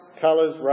colours